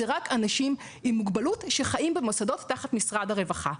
זה רק אנשים עם מוגבלות שחיים במוסדות תחת משרד הרווחה.